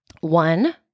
One